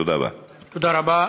תודה רבה.